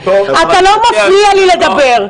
--- אתה לא מפריע לי לדבר.